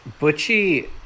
Butchie